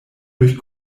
durch